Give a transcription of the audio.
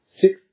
six